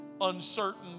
uncertain